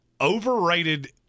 overrated